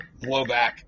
blowback